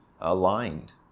aligned